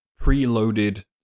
preloaded